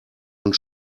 und